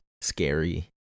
scary